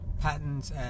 patterns